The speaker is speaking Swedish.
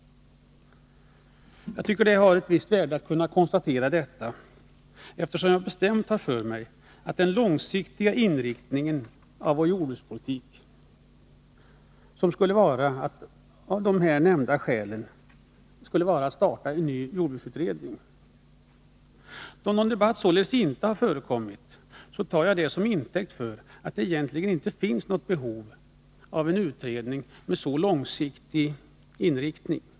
Jag tycker att det har ett visst värde att kunna konstatera detta, eftersom jag bestämt har för mig att det är den långsiktiga inriktningen av vår jordbrukspolitik som skulle vara ett av skälen för att starta en ny jordbruksutredning. Att någon debatt således inte har förekommit tar jag som intäkt för att det egentligen inte finns något behov av en utredning med en så långsiktig inriktning.